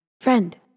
Friend